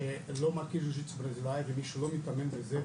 שלא מכירה ג'ו גיסטו ברזילאי ושאין מישהו בה שלא מתאמן בזה.